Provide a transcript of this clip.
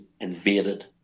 invaded